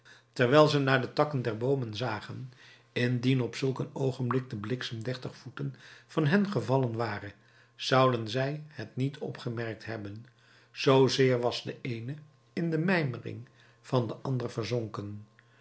terwijl ze naar de takken der boomen zagen indien op zulk een oogenblik de bliksem dertig voeten van hen gevallen ware zouden zij het niet opgemerkt hebben zoozeer was de eene in de mijmering van den ander verzonken